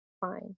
fine